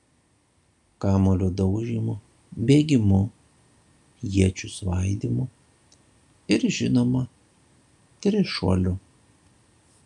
kamuolio daužymu bėgimu iečių svaidymu ir žinoma trišuoliu